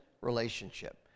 relationship